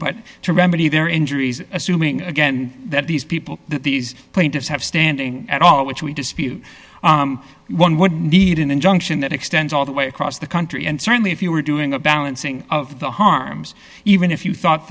but to remedy their injuries assuming again that these people these plaintiffs have standing at all which we dispute one would need an injunction that extends all the way across the country and certainly if you were doing a balancing of the harms even if you thought